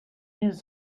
his